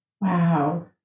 Wow